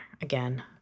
again